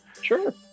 Sure